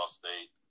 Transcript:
state